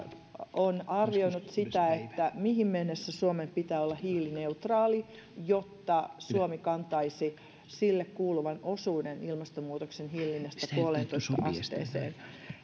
on arvioinut sitä mihin mennessä suomen pitää olla hiilineutraali jotta suomi kantaisi sille kuuluvan osuuden ilmastonmuutoksen hillinnästä puoleentoista asteeseen